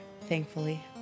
thankfully